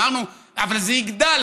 אבל זה יגדל,